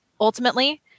ultimately